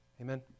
Amen